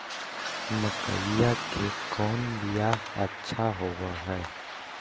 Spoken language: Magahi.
मकईया के कौन बियाह अच्छा होव है?